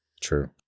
True